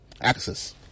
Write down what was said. Access